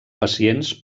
pacients